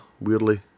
weirdly